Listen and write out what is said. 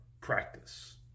practice